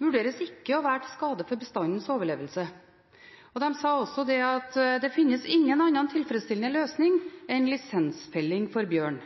vurderes ikke å være til skade for bestandens overlevelse. De sa også at det finnes ingen annen tilfredsstillende løsning enn lisensfelling for bjørn.